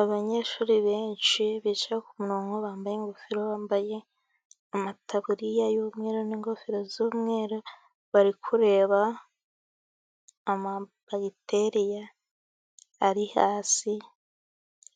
Abanyeshuri benshi bicaye ku murongo, bambaye ingofero, bambaye amataburiya y'umweru n'ingofero z'umweru, bari kureba amabagiteriya ari hasi,